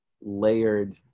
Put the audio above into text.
layered